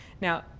Now